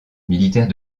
militaire